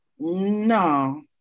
no